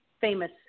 famous